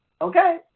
Okay